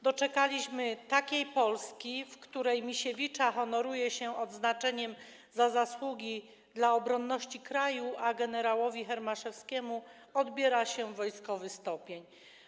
Doczekaliśmy się takiej Polski, w której Misiewicza honoruje się odznaczeniem „Za zasługi dla obronności kraju”, a gen. Hermaszewskiemu odbiera się wojskowy stopień.